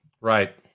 Right